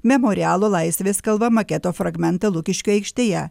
memorialo laisvės kalva maketo fragmentą lukiškių aikštėje